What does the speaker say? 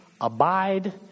Abide